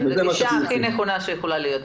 גישה הכי נכונה שיכולה להיות.